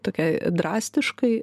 tokiai drastiškai